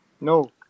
No